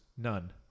None